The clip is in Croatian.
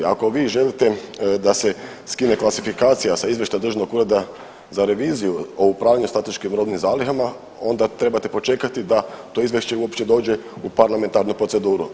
Ako vi želite da se skine klasifikacija sa izvještaja Državnog ureda za reviziju o upravljanju strateškim robnim zalihama, onda trebate počekati da to izvješće uopće dođe u parlamentarnu proceduru.